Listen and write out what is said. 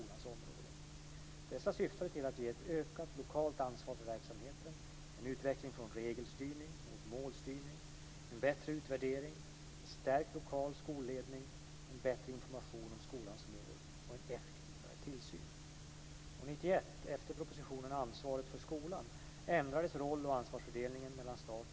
Dessa syftade till att ge ett ökat lokalt ansvar för verksamheten, en utveckling från regelstyrning mot målstyrning, en bättre utvärdering, en stärkt lokal skolledning, en bättre information om skolans mål och en effektivare tillsyn.